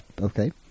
Okay